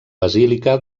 basílica